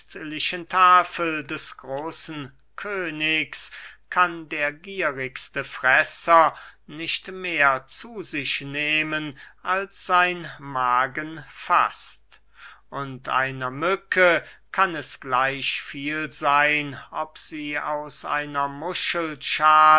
tafel des großen königs kann der gierigste fresser nicht mehr zu sich nehmen als sein magen faßt und einer mücke kann es gleich viel seyn ob sie aus einer muschelschale